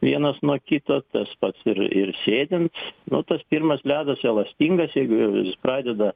vienas nuo kito tas pats ir ir sėdint nu tas pirmas ledas elastingas jeigu jau jis pradeda